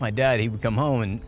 my dad he would come home and